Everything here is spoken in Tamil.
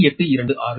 826 p